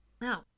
No